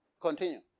Continue